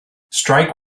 strike